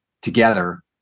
together